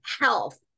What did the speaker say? health